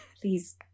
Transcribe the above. please